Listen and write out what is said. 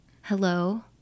Hello